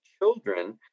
children